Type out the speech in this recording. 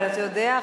אבל אתה יודע,